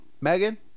megan